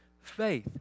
faith